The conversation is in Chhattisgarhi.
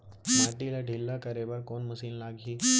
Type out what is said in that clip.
माटी ला ढिल्ला करे बर कोन मशीन लागही?